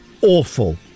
awful